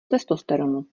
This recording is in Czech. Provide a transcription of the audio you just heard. testosteronu